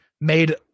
made